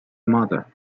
mother